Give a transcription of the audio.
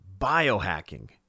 biohacking